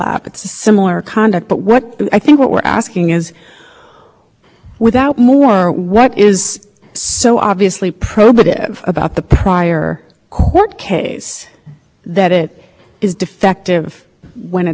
case that it is defective when it's excluded i think you can make arguments either way that including it if you have a proffer bias or a biased theory that you're raising maybe it's permissible and not saying it would be required